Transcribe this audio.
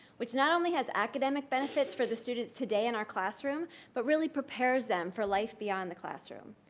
which not only has academic benefits for the students today in our classroom, but really prepares them for life beyond the classroom.